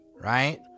Right